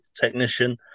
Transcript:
technician